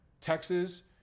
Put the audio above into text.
Texas